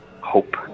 hope